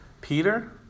Peter